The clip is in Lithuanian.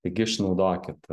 taigi išnaudokit